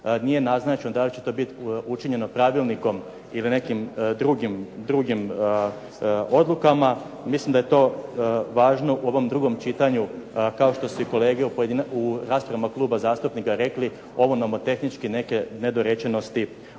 Nije naznačeno da li će to biti učinjeno pravilnikom ili nekim drugim odlukama, mislim da je to važno u ovom drugom čitanju kao što su kolege u raspravama kluba zastupnika rekle ovo nomotehničke neke nedorečenosti